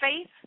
faith